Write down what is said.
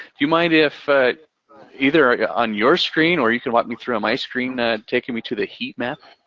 you mind if but either ah on your screen, or you can walk me through on my screen, ah taking me to the heat map.